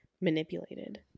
manipulated